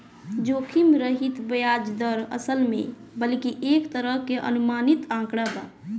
जोखिम रहित ब्याज दर, असल में बल्कि एक तरह के अनुमानित आंकड़ा बा